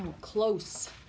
Close